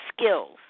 skills